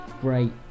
great